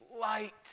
light